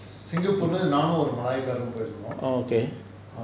orh okay